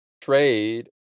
trade